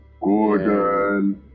Gordon